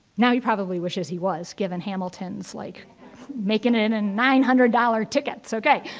now, you probably wish as he was given hamilton is like making in a nine hundred dollar tickets, ok.